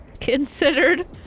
considered